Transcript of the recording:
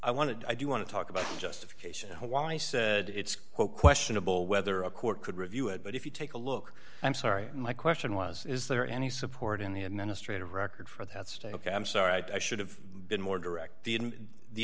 i wanted i do want to talk about justification why i said it's questionable whether a court could review it but if you take a look i'm sorry my question was is there any support in the administrative record for that state ok i'm sorry i should have been more direct